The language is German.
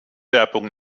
werbung